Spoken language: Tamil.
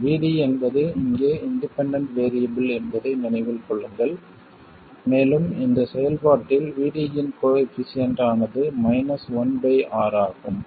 VD என்பது இங்கே இண்டிபெண்டண்ட் வேறியபிள் என்பதை நினைவில் கொள்ளுங்கள் மேலும் இந்த செயல்பாட்டில் VD இன் கோயெபிசியென்ட் ஆனது மைனஸ் 1 பை R ஆகும்